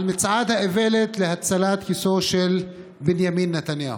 מצעד האיוולת להצלת כיסאו של בנימין נתניהו,